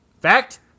Fact